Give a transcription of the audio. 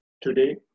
today